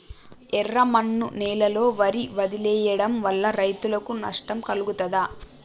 ఎర్రమన్ను నేలలో వరి వదిలివేయడం వల్ల రైతులకు నష్టం కలుగుతదా?